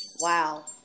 Wow